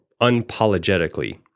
unapologetically